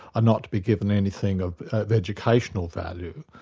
are not to be given anything of educational value.